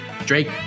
Drake